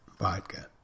vodka